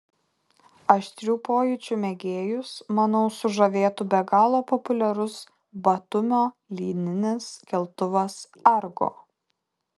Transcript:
aštrių pojūčių mėgėjus manau sužavėtų be galo populiarus batumio lyninis keltuvas argo